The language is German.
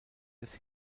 des